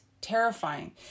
terrifying